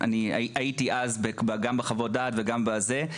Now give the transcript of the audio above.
הייתי אז גם בחוות הדעת וגם בזה,